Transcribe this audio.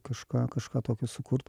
kažką kažką tokio sukurt